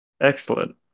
Excellent